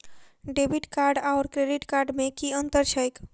Debit card आओर credit card मे की अन्तर छैक?